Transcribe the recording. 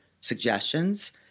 suggestions